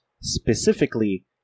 Specifically